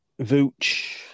Vooch